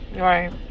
Right